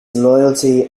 loyalty